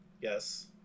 Yes